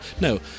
No